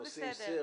ועושים חיפוש,